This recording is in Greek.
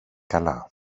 καλά